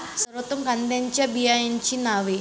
सर्वोत्तम कांद्यांच्या बियाण्यांची नावे?